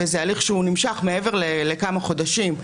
וזה הליך שנמשך מעבר לכמה חודשים,